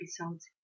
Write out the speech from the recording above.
episodes